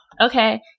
Okay